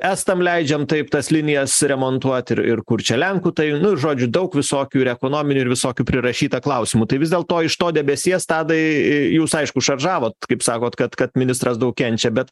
estam leidžiam taip tas linijas remontuot ir ir kur čia lenkų tai nu žodžiu daug visokių ir ekonominių ir visokių prirašyta klausimų tai vis dėl to iš to debesies tadai jūs aišku šaržavot kaip sakot kad kad ministras daug kenčia bet